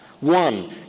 One